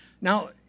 Now